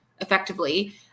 effectively